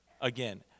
again